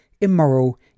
immoral